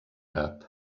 àrab